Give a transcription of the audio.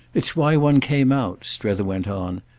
it's why one came out, strether went on.